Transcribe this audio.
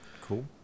Cool